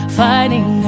fighting